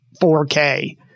4K